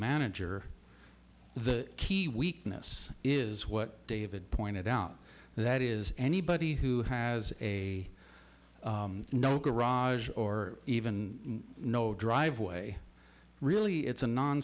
manager the key weakness is what david pointed out that is anybody who has a no garage or even no driveway really it's a